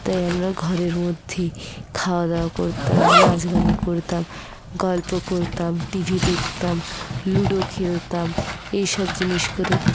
তাই আমরা ঘরের মধ্যেই খাওয়া দাওয়া করতাম নাচ গান করতাম গল্প করতাম টিভি দেখতাম লুডো খেলতাম এসব জিনিস করে